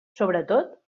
sobretot